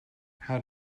how